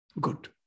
good